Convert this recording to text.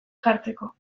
jartzeko